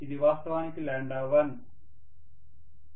ఇది వాస్తవానికి 1